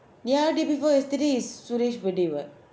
ya day before yesterday is suresh birthday [what]